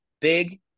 big